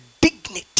dignity